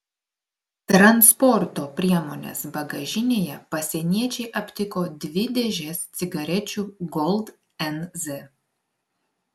transporto priemonės bagažinėje pasieniečiai aptiko dvi dėžes cigarečių gold nz